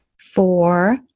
Four